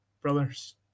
brothers